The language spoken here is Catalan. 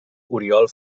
oriol